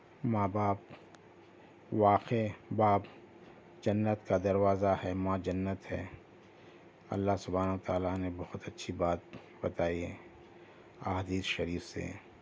ماں باپ واقع باپ جنت کا دروازہ ہے ماں جنت ہے اللہ سبحان و تعالیٰ نے بہت اچھی بات بتائی ہے احادیث شریف سے